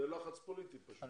זה לחץ פוליטי פשוט.